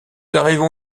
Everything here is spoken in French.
arrivons